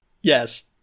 Yes